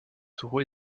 taureaux